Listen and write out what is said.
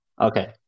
okay